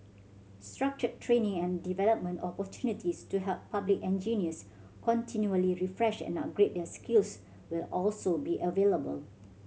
structured training and development opportunities to help public engineers continually refresh and upgrade their skills will also be available